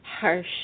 harsh